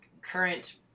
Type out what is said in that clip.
current